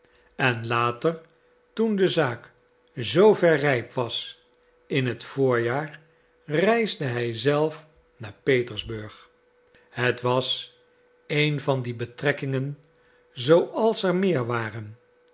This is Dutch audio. en later toen de zaak zoover rijp was in het voorjaar reisde hij zelf naar petersburg het was een van die betrekkingen zooals er meer waren